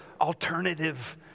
alternative